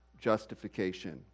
justification